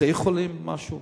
שני חולים משהו,